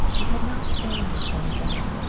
it had not sounded funny then.